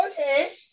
okay